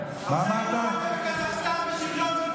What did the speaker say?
אנחנו אחרי רואנדה וקזחסטן בשוויון לנשים,